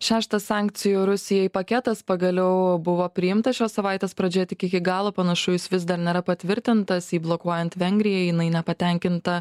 šeštas sankcijų rusijai paketas pagaliau buvo priimtas šios savaitės pradžioje tik iki galo panašu jis vis dar nėra patvirtintas jį blokuojant vengrija jinai nepatenkinta